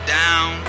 down